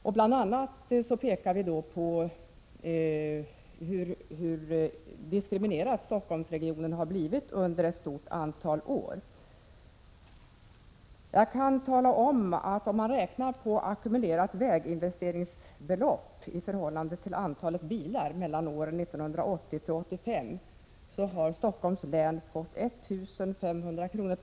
Vi framhåller bl.a. hur diskriminerad Stockholmsregionen har blivit under ett stort antal år. Om man räknar på ackumulerade väginvesteringsbelopp i förhållande till antalet bilar under åren 1980-85 har Stockholms län fått 1 500 kr.